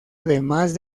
además